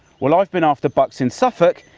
while i have been after bucks in suffolk,